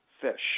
fish